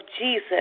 Jesus